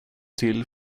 till